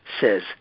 says